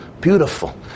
Beautiful